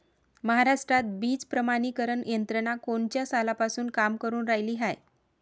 महाराष्ट्रात बीज प्रमानीकरण यंत्रना कोनच्या सालापासून काम करुन रायली हाये?